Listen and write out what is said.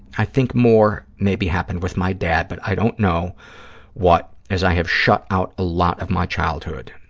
i think more maybe happened with my dad but i don't know what, as i have shut out a lot of my childhood.